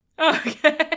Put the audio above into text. Okay